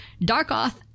Darkoth